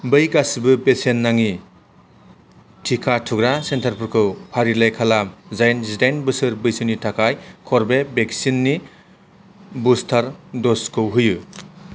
बै गासिबो बेसेन नाङि टिका थुग्रा सेन्टारफोरखौ फारिलाइ खालाम जाय जिदाइन बोसोर बैसोनि थाखाय कर्वेभेक्सनि बुस्टार द'जखौ होयो